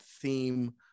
theme